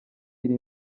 iri